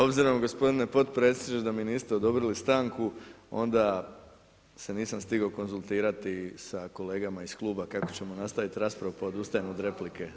Obzirom gospodine podpredsjedniče da mi niste odobrili stanku onda se nisam stigao konzultirati sa kolegama iz kluba kako ćemo nastavit raspravu pa odustajem od replike.